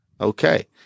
Okay